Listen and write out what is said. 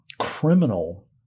criminal